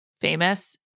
famous